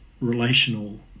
relational